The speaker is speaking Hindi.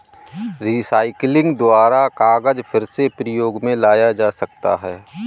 रीसाइक्लिंग द्वारा कागज फिर से प्रयोग मे लाया जा सकता है